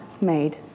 made